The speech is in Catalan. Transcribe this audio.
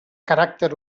caràcter